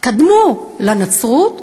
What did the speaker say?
קדמו לנצרות,